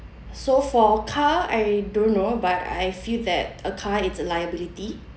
so for car I don't know but I feel that a car it's a liability